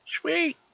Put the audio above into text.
Sweet